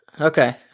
Okay